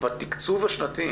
שבתקצוב השנתי,